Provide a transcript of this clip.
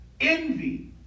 envy